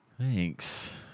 Thanks